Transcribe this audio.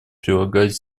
прилагать